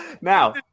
Now